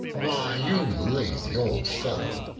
why, you lazy old fellow,